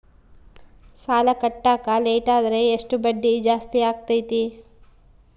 ಸಾಲ ಕಟ್ಟಾಕ ಲೇಟಾದರೆ ಎಷ್ಟು ಬಡ್ಡಿ ಜಾಸ್ತಿ ಆಗ್ತೈತಿ?